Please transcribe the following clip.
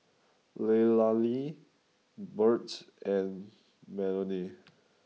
Leilani Burt and Melonie